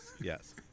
yes